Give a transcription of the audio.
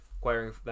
acquiring